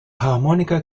harmonica